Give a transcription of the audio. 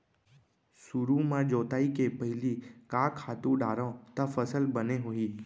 सुरु म जोताई के पहिली का खातू डारव त फसल बने होही?